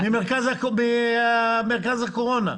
ממרכז הקורונה.